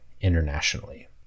internationally